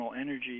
energy